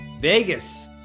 Vegas